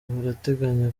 barateganya